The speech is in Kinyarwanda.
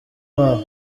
babo